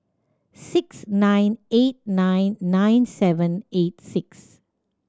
six nine eight nine nine seven eight six